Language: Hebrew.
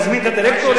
להזמין את הדירקטורים.